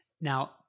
Now